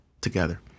together